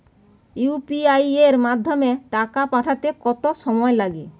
UPI এর মাধ্যমে টাকা পাঠাতে কত সময় লাগে?